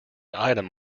item